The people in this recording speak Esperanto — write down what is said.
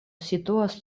situas